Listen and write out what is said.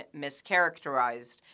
mischaracterized